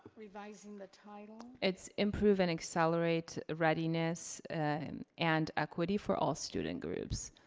revising the title? it's improve and accelerate readiness and and equity for all student groups,